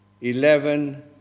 Eleven